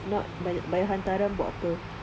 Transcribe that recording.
if not bayar hantaran buat apa